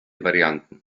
varianten